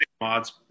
mods